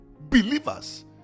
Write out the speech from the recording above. believers